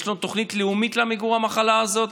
יש לנו תוכנית לאומית למיגור המחלה הזאת.